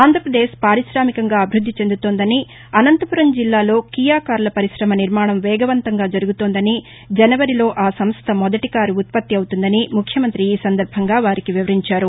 ఆంధ్రపదేశ్ పార్కిశామికంగా అభివృద్ది చెందుతోందని అనంతపురం జిల్లాలో కియా కార్ల పరిశమ నిర్మాణం వేగవంతంగా జరుగుతోందని జనవరిలో ఆ సంస్ట మొదటి కారు ఉత్పత్తి అవుతుందని ముఖ్యమంతి ఈ సందర్బంగా వారికి వివరించారు